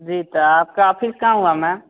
जी तो आपका ऑफिस कहाँ हुआ मैम